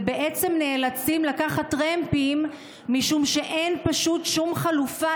ונאלצים לקחת טרמפים משום שפשוט אין שום חלופה,